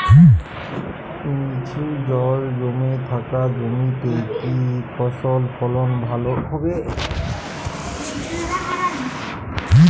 নিচু জল জমে থাকা জমিতে কি ফসল ফলন ভালো হবে?